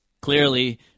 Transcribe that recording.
clearly –